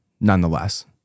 nonetheless